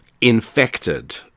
infected